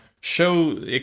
show